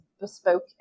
bespoke